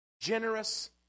generous